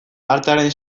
artearen